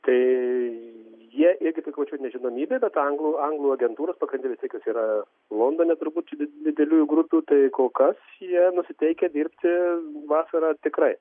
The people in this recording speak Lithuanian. tai jie irgi tik jaučia nežinomybę bet anglų anglų agentūros pagrinde vis tiek jos yra londone turbūt didelių jų grupių tai kol kas jie nusiteikę dirbti vasarą tikrai